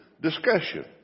discussion